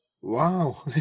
Wow